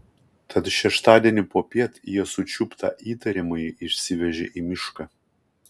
tad šeštadienį popiet jie sučiuptą įtariamąjį išsivežė į mišką